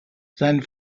seinen